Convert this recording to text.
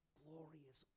glorious